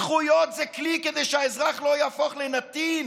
זכויות זה כלי כדי שהאזרח לא יהפוך לנתין